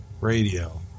Radio